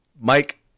Mike